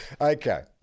Okay